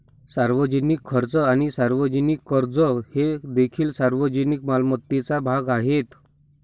सार्वजनिक खर्च आणि सार्वजनिक कर्ज हे देखील सार्वजनिक मालमत्तेचा भाग आहेत